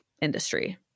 industry